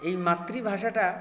এই মাতৃভাষাটা